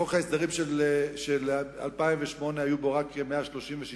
בחוק ההסדרים של 2008 היו רק 136